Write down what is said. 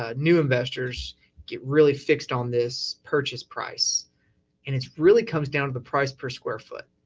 ah new investors get really fixed on this purchase price and it's really comes down to the price per square foot.